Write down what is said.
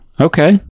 okay